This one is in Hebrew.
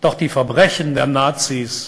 ואולם פשעי הנאצים